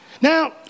Now